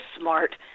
smart